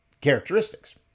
characteristics